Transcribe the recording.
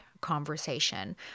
conversation